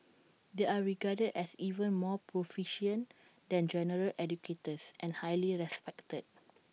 they are regarded as even more proficient than general educators and highly respected